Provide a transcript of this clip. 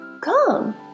Come